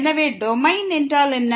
எனவே டொமைன் என்றால் என்ன